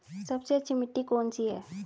सबसे अच्छी मिट्टी कौन सी है?